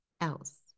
else